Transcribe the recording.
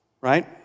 Right